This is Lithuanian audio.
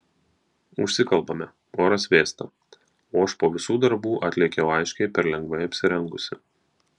užsikalbame oras vėsta o aš po visų darbų atlėkiau aiškiai per lengvai apsirengusi